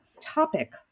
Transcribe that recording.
topic